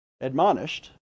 admonished